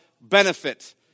benefit